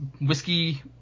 whiskey